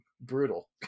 brutal